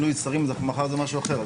טלי, אם זה מינוי שרים, אז מחר זה משהו אחר.